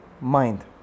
mind